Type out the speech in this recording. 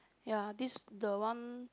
ya this the one